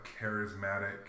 charismatic